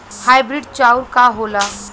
Hybrid चाउर का होला?